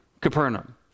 Capernaum